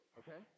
okay